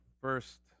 first